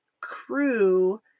crew